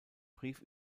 brief